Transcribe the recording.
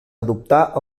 adoptar